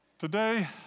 Today